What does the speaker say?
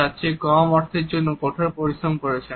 তার চেয়ে কম অর্থের জন্য কঠোর পরিশ্রম করছেন